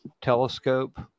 telescope